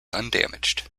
undamaged